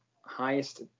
highest